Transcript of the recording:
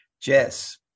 Jess